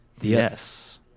Yes